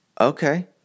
Okay